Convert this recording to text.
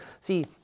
See